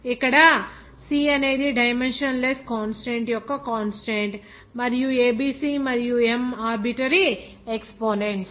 ఇక్కడ C అనేది dimensionless constant యొక్క కాన్స్టాంట్ మరియు a b c మరియు m ఆర్బిటరీ ఎక్సపోనెంట్స్